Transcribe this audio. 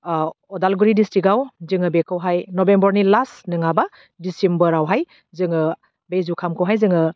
ओह उदालगुरि दिसथ्रिक्टगाव जोङो बेखौहाय नभेम्बरनि लास्ट नङाबा डिसेम्बरावहाय जोङो बे जुखामखौहाय जोङो